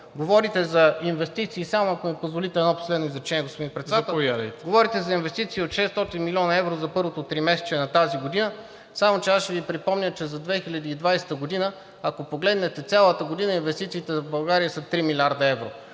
Говорите за инвестиции от 600 млн. евро за първото тримесечие на тази година, само че аз ще Ви припомня, че за 2020 г., ако погледнете цялата година, инвестициите в България са 3 млрд. евро.